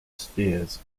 spheres